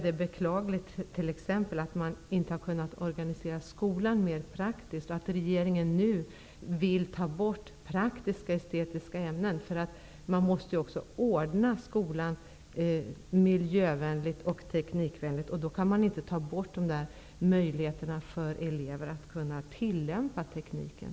Det är beklagligt att man inte har kunnat organisera skolan mer praktiskt och att regeringen nu vill ta bort praktiska och estetiska ämnen. Skolan måste ju ordnas så att den är miljö och teknikvänlig. Då kan man inte ta bort möjligheten för eleverna att tillämpa tekniken.